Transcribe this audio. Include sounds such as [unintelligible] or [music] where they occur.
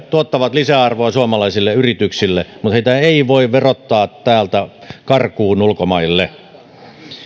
[unintelligible] tuottavat lisäarvoa suomalaisille yrityksille mutta heitä ei voi verottaa täältä karkuun ulkomaille